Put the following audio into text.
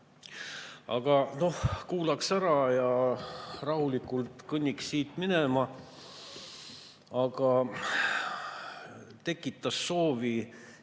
et noh, kuulaks ära ja rahulikult kõnniks siit minema. Aga tekitas soovi